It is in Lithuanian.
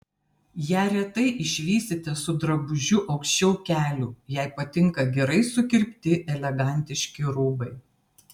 ją retai išvysite su drabužiu aukščiau kelių jai patinka gerai sukirpti elegantiški rūbai